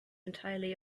entirely